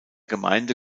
gemeinde